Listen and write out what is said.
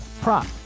prop